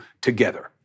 together